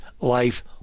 life